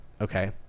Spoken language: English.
okay